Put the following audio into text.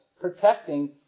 protecting